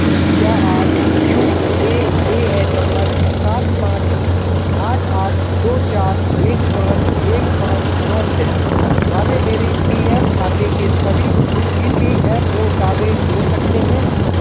क्या आप U A N number सात पाँच आठ आठ दो चार एक दो चार एक पाँच एक पाँच नौ छ वाले मेरे पी एफ़ खाते के सभी ई पी एफ़ ओ दावे ढूँढ सकते हैं